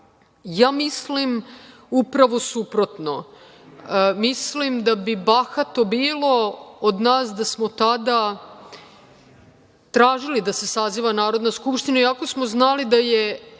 Mislim upravo suprotno. Mislim da bi bahato bilo od nas da smo tada tražili da se saziva Narodna skupština, iako smo znali da je